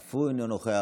אף הוא אינו נוכח,